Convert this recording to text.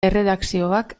erredakzioak